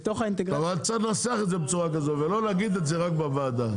אבל צריך לנסח את זה בצורה כזאת ולא להגיד את ה רק בוועדה.